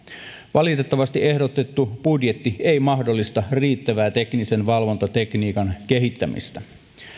valitettavasti ehdotettu budjetti ei mahdollista riittävää teknisen valvontatekniikan kehittämistä